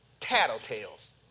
Tattletales